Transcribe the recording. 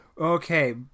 Okay